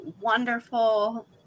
wonderful